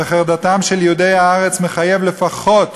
וחרדתם של יהודי הארץ מחייבת לפחות